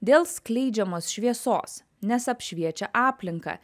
dėl skleidžiamos šviesos nes apšviečia aplinką